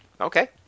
Okay